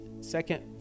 second